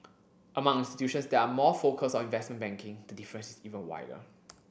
among institutions that are more focused on investment banking the difference is even wider